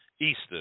Easter